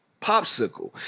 popsicle